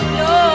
no